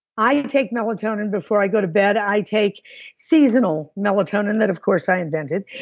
i take melatonin before i go to bed. i take seasonal melatonin that, of course, i invented.